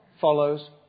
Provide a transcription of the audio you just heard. follows